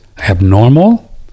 abnormal